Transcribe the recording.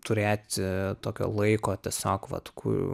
turėti tokio laiko tiesiog vat kur